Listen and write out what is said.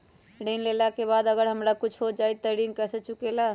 ऋण लेला के बाद अगर हमरा कुछ हो जाइ त ऋण कैसे चुकेला?